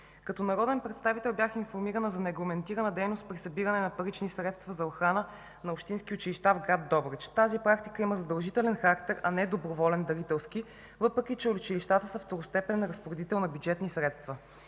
Като народен представител бях информирана за нерегламентирана дейност при събиране на парични средства за охрана на общински училища в град Добрич. Тази практика има задължителен характер, а не доброволен дарителски, въпреки че училищата са второстепенен разпоредител на бюджетни средства.